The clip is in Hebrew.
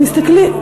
שמסתכלים,